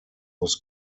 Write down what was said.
muss